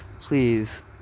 please